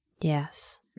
Yes